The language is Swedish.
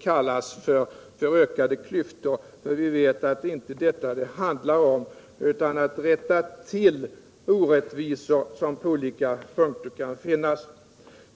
kallas för att skapa ökade klyftor; vi vet att det inte är detta det handlar om, utan att rätta till orättvisor som kan finnas på olika punkter.